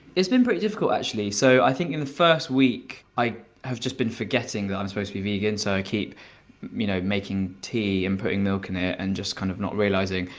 it's been pretty difficult actually. so i think in the first week i have just been forgetting that i'm supposed to be vegan so i keep you know making tea and putting milk in it and just kind of not realising.